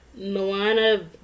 Milana